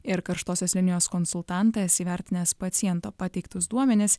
ir karštosios linijos konsultantas įvertinęs paciento pateiktus duomenis